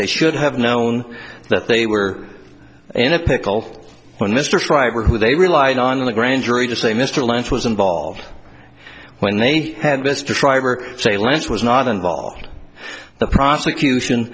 they should have known that they were in a pickle when mr schreiber who they relied on in the grand jury to say mr lance was involved when they had mr tribe or say lance was not involved the prosecution